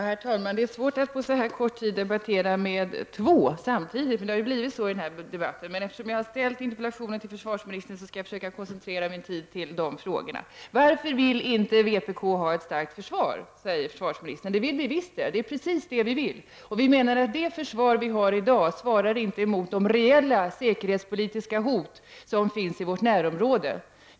Herr talman! Det är svårt att på så kort tid debattera med två personer samtidigt. Men eftersom jag ställt interpellationen till försvarsministern skall jag försöka koncentrera mig till de frågor som berör honom. Varför vill inte vpk ha ett starkt försvar, undrade försvarsministern. Men det är precis det vi vill. Vi i vpk menar att det försvar som Sverige i dag har inte svarar mot de reella säkerhetspolitiska hot som finns i vårt närområde.